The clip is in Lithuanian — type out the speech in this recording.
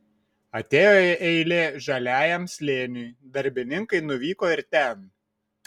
atėjo eilė žaliajam slėniui darbininkai nuvyko ir ten